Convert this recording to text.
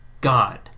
God